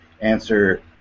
answer